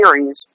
series